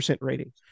rating